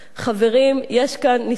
חברים, יש כאן ניסיון.